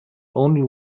only